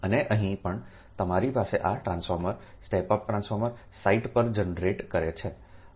અને અહીં પણ તમારી પાસે આ transformer step up transformer site પર જનરેટ કરે છે